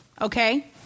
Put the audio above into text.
okay